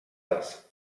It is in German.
das